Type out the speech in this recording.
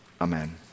Amen